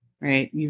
right